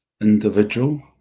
individual